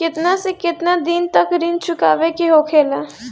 केतना से केतना दिन तक ऋण चुकावे के होखेला?